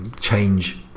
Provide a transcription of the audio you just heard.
change